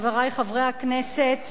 רבותי חברי הכנסת,